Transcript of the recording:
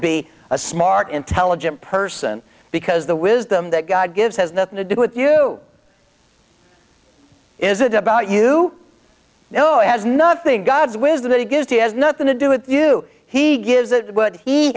be a smart intelligent person because the wisdom that god gives has nothing to do with you is it about you know it has nothing god's wisdom that he gives he has nothing to do with you he gives it w